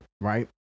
right